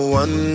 one